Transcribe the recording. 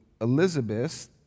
Elizabeth